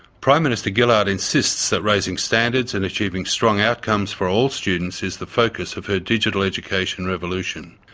prime minister gillard insists that raising standards and achieving strong outcomes for all students is the focus of her digital education revolution.